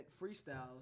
freestyles